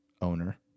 owner